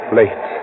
late